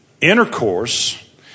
intercourse